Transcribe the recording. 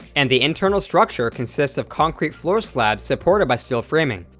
and the internal structure consists of concrete floor slabs supported by steel framing.